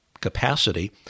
capacity